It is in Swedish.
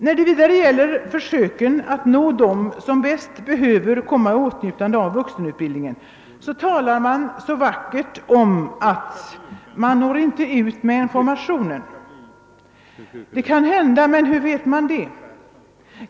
När det vidare gäller försöken att nå den som bäst behöver komma i åtnjutande av vuxenutbildning talar man så vackert om »att man inte når ut med informationen». Det kan hända, men hur vet man det?